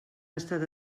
estat